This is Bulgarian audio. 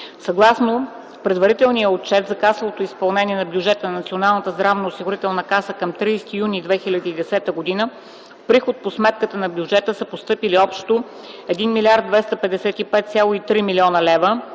Съгласно предварителния отчет за касовото изпълнение на бюджета на Националната здравноосигурителна каса към 30 юни 2010 г. в приход по сметките на бюджета са постъпили общо 1 255,3 млн. лв.,